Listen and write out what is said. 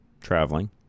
traveling